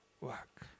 work